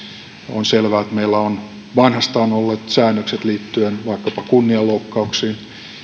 on selvää että meillä on vanhastaan ollut säännökset liittyen vaikkapa kunnianloukkauksiin